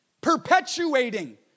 Perpetuating